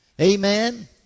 Amen